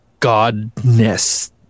godness